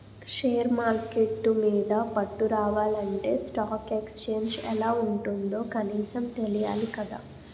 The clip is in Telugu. షేర్ మార్కెట్టు మీద పట్టు రావాలంటే స్టాక్ ఎక్సేంజ్ ఎలా ఉంటుందో కనీసం తెలియాలి కదా